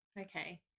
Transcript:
Okay